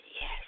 yes